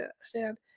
stand